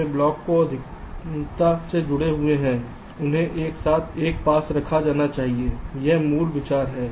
वे block जो अधिकता से जुड़े हुए हैं उन्हें एक साथ पास रखा जाना चाहिए यह मूल विचार है